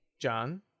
John